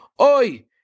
Oi